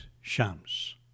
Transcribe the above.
Shams